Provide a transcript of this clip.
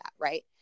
right